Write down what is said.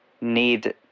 need